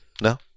No